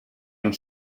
and